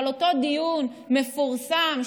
אותו דיון מפורסם,